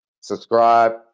subscribe